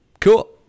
cool